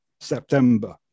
September